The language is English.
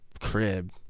crib